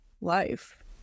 life